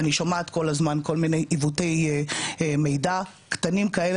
אני שומעת כל הזמן כל מיני עיוותי מידע קטנים כאלה